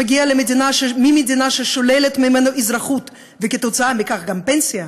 שמגיע ממדינה ששוללת ממנו אזרחות וכתוצאה מכך גם פנסיה,